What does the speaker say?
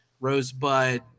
rosebud